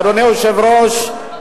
אדוני היושב-ראש,